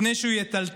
לפני שהוא יטלטל,